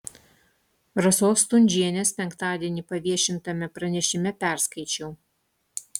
rasos stundžienės penktadienį paviešintame pranešime perskaičiau